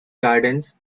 gardens